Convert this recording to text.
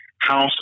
house